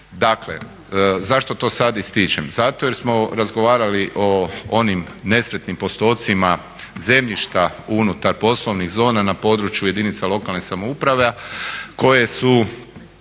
Dakle zašto to sada ističem? Zato jer smo razgovarali o onim nesretnim postocima zemljišta unutar poslovnih zona na području jedinica lokalnih samouprava koje su